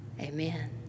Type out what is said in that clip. Amen